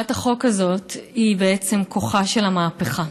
הצעת החוק הזאת היא בעצם כוחה של המהפכה,